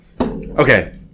Okay